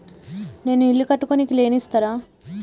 నేను ఇల్లు కట్టుకోనికి లోన్ ఇస్తరా?